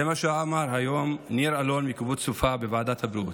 זה מה שאמר היום ניר אלון מקיבוץ סופה בוועדת הבריאות.